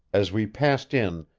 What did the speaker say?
as we passed in,